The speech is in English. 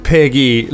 Piggy